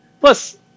Plus